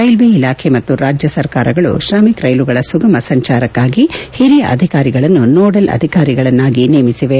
railway ಇಲಾಖೆ ಮತ್ತು ರಾಜ್ಯ ಸರ್ಕಾರಗಳು ಶ್ರಮಿಕ ರ್ನೆಲುಗಳ ಸುಗಮ ಸಂಚಾರಕ್ನಾಗಿ ಹಿರಿಯ ಅಧಿಕಾರಿಗಳನ್ನು ನೋಡಲ್ ಅಧಿಕಾರಿಗಳನ್ನಾಗಿ ನೇಮಿಸಿವೆ